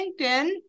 linkedin